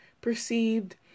perceived